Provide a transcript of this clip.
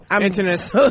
Internet